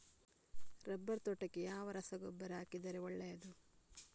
Rubber ತೋಟಕ್ಕೆ ಯಾವ ರಸಗೊಬ್ಬರ ಹಾಕಿದರೆ ಒಳ್ಳೆಯದು?